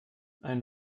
ein